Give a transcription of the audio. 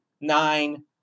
nine